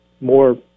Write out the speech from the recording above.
more